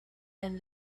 and